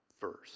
first